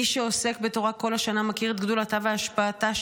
מי שעוסק בתורה כל השנה מכיר את גדולתה והשפעתה,